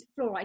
fluoride